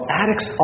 addicts